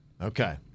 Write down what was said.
Okay